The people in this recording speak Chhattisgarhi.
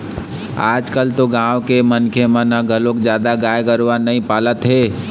आजकाल तो गाँव के मनखे मन ह घलोक जादा गाय गरूवा नइ पालत हे